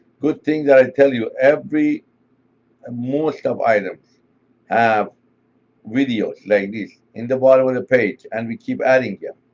good thing that i tell you every most of items have videos like this in the bottom of the page, and we keep adding them.